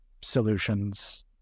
solutions